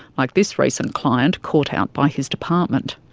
like this recent client caught out by his department.